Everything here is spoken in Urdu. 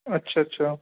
اچھا اچھا